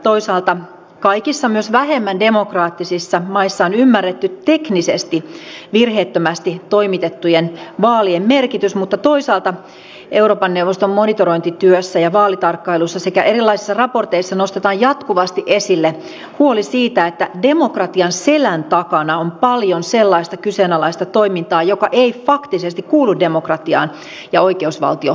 toisaalta kaikissa myös vähemmän demokraattisissa maissa on ymmärretty teknisesti virheettömästi toimitettujen vaalien merkitys mutta toisaalta euroopan neuvoston monitorointityössä ja vaalitarkkailussa sekä erilaisissa raporteissa nostetaan jatkuvasti esille huoli siitä että demokratian selän takana on paljon sellaista kyseenalaista toimintaa joka ei faktisesti kuulu demokratiaan ja oikeusvaltioperiaatteeseen